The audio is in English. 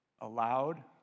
allowed